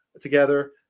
together